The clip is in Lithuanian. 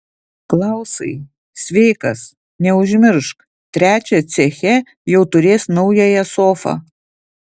klausai sveikas neužmiršk trečią ceche jau turės naująją sofą